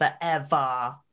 forever